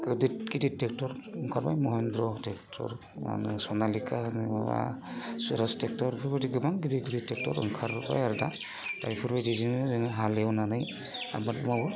गिदिर गिदिर ट्रेक्ट'र ओंखारबाय महेनद्र' ट्रेक्ट'र आरो सनालिखा होनो माबा सुरज ट्रेक्ट'र बेफोरबायदि गोबां गिदिर गिदिर ट्रेक्ट'र ओंखारबोबाय आरो दा दा बेफोरबायदिजोंनो जोङो हालेवनानै आबाद मावो